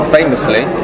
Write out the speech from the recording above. Famously